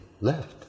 left